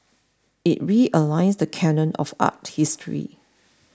it realigns the canon of art history